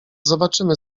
zobaczymy